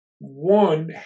One